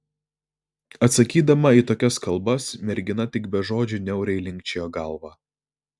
atsakydama į tokias kalbas mergina tik be žodžių niauriai linkčiojo galvą